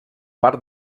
part